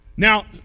Now